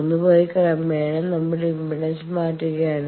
ഒന്ന് പോയി ക്രമേണ നമ്മൾ ഇംപെഡൻസ് മാറ്റുകയാണ്